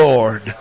Lord